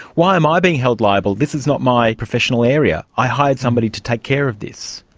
why am i being held liable, this is not my professional area, i hired somebody to take care of this.